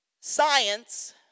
science